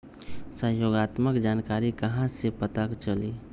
सहयोगात्मक जानकारी कहा से पता चली?